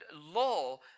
law